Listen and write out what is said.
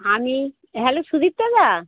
আমি হ্যালো সুদীপ্তদা